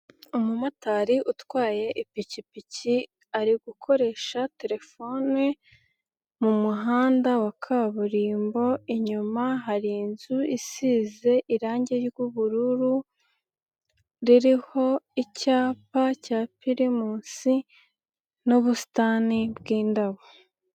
Umumotari utwaye ipikipiki, ari gukoresha terefone, mu muhanda wa kaburimbo, inyuma hari inzu isize irangi ry'ubururu, ririho icyapa cya Pirimusi n'ubusitani bw'indabo.